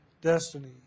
destiny